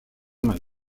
main